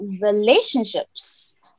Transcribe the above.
relationships